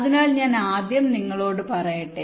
അതിനാൽ ഞാൻ ആദ്യം നിങ്ങളോട് പറയട്ടെ